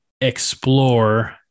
explore